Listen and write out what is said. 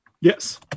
Yes